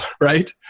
Right